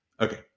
Okay